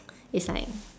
it's like